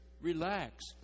Relax